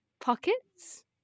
pockets